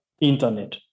internet